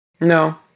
No